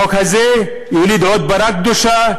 החוק הזה יוליד עוד פרה קדושה,